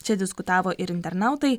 čia diskutavo ir internautai